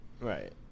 Right